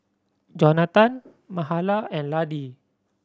Jonatan Mahala and Laddie